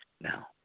Now